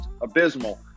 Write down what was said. abysmal